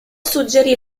suggerì